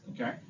okay